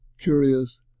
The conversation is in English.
curious